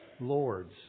lords